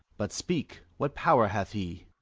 but speak, what power hath he?